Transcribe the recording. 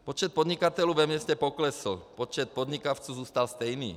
Počet podnikatelů ve městě poklesl, počet podnikavců zůstal stejný.